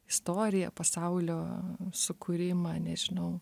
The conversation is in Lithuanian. istoriją pasaulio sukūrimą nežinau